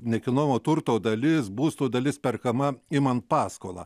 nekilnojamo turto dalis būsto dalis perkama imant paskolą